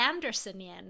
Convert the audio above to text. Andersonian